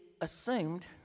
assumed